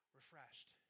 refreshed